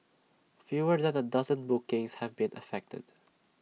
fewer than A dozen bookings have been affected